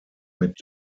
mit